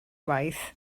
waith